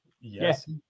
Yes